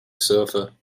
sofa